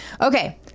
Okay